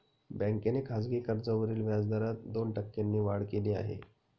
बँकेने खासगी कर्जावरील व्याजदरात दोन टक्क्यांनी वाढ केली आहे